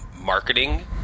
marketing